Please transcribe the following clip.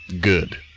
good